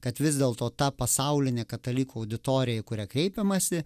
kad vis dėlto ta pasaulinė katalikų auditorija į kurią kreipiamasi